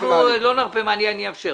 אנחנו לא נרפה מהעניין הזה.